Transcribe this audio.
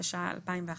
התשע"א 2011,